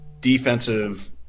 defensive